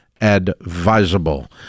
advisable